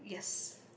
yes